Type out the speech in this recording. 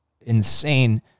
insane